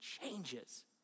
changes